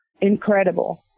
Incredible